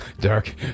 dark